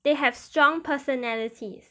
they have strong personalities